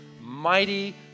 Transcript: mighty